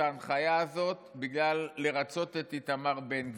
ההנחיה הזאת כדי לרצות את איתמר בן גביר.